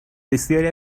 بسیاری